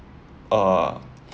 uh